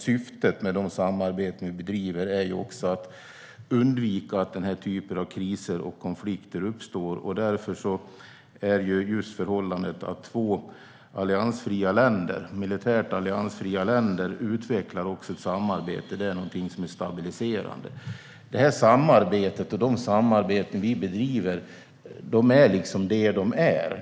Syftet med de samarbeten vi bedriver är att undvika att den här typen av kriser och konflikter uppstår. Därför är just det förhållandet att två militärt alliansfria länder utvecklar ett samarbete något som är stabiliserande. Detta samarbete, och de samarbeten vi bedriver, är vad de är.